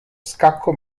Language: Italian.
scacco